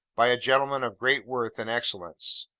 by a gentleman of great worth and excellence.